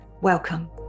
welcome